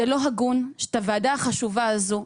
זה לא הגון שאת הוועדה החשובה הזו,